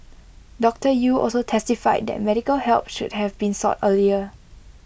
doctor Yew also testified that medical help should have been sought earlier